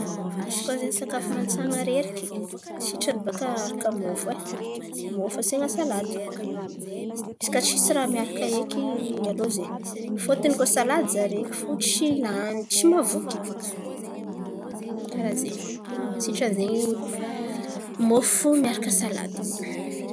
Izy koa zen̈y sakafo mantsan̈a areriky, sitrany baka aharaka môfo e. Môfo asian̈a salady. Izy kà tsisy raha miaraka eky alô zen̈y. Fôtony koa salady zaraiky fo tsy lany tsy mahavoky. Karà zen̈y. Sitrany zen̈y môfo miaraka salady.